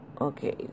okay